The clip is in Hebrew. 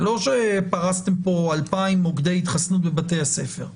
זה לא שפרסתם כאן אלפיים מוקדי התחסנות בבתי הספר.